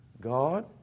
God